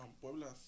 Puebla's